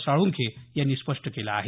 साळुंखे यांनी स्पष्ट केलं आहे